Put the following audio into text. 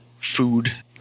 food